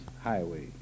Highway